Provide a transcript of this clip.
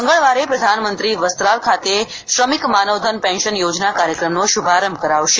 મંગળવારે પ્રધાનમંત્રી વસ્ત્રાલ ખાતે શ્રમિક માનવધન પેન્શન યોજના કાર્યક્રમનો શુભારંભ કરાવશે